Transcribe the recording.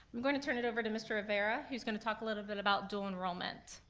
i'm going to turn it over to mr. rivera who's gonna talk a little bit about dual enrollment.